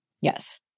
Yes